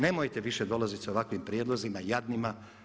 Nemojte više dolaziti sa ovakvim prijedlozima jadnima.